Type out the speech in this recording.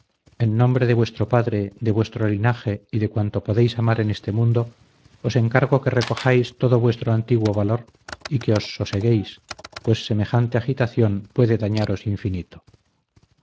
en nombre de vuestro padre de vuestro linaje y de cuanto podéis amar en este mundo os encargo que recojáis todo vuestro antiguo valor y que os soseguéis pues semejante agitación puede dañaros infinito